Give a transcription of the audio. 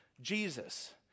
Jesus